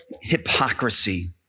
hypocrisy